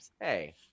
hey